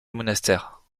monastère